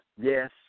yes